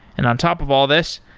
and on top of all this,